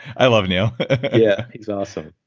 i love neil yeah, he's awesome.